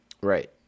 right